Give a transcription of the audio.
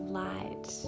light